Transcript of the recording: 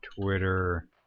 Twitter